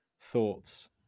thoughts